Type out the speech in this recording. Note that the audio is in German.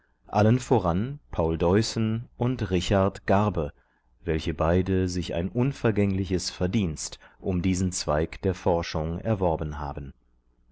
allen voran paul deussen und richard garbe welche beide sich ein unvergängliches verdienst um diesen zweig der forschung erworben haben